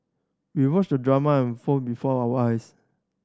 we watched the drama unfold before our eyes